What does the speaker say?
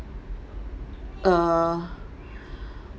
err